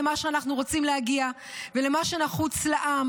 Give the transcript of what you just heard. למה שאנחנו רוצים להגיע ולמה שנחוץ לעם"